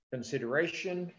Consideration